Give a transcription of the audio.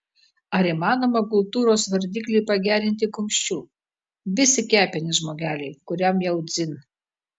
ar įmanoma kultūros vardiklį pagerinti kumščiu vis į kepenis žmogeliui kuriam jau dzin